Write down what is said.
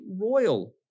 royal